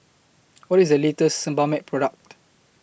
What IS The latest Sebamed Product